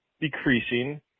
decreasing